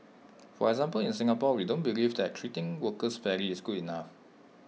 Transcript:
for example in Singapore we don't believe that treating workers fairly is good enough